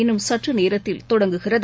இன்னும் சற்று நேரத்தில் தொடங்குகிறது